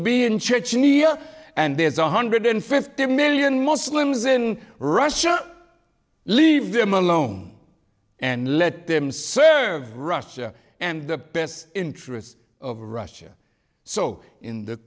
be in chechnya and there's one hundred fifty million muslims in russia leave them alone and let them serve russia and the best interests of russia so in the